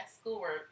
schoolwork